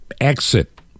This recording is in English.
exit